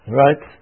right